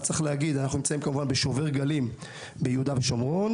צריך להזכיר שאנחנו נמצאים עדיין במבצע שובר גלים ביהודה ושומרון.